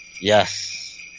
Yes